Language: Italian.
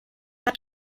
alla